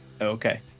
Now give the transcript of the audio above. Okay